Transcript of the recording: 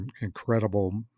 incredible